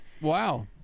Wow